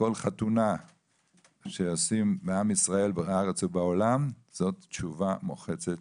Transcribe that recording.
כל חתונה שעושים בעם ישראל בארץ ובעולם זאת תשובה מוחצת